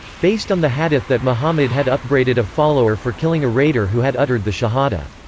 based on the hadith that muhammad had upbraided a follower for killing a raider who had uttered the shahada.